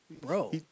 Bro